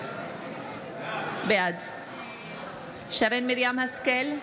בעד שרן מרים השכל,